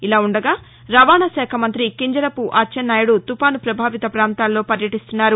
ఇలా ఉండగా రవాణాశాఖ మంత్రి కింజరాపు అచ్చెన్నాయుడు తుపాను ప్రపభావిత పాంతాలలో పర్యటిస్తున్నారు